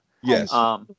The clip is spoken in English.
Yes